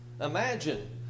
Imagine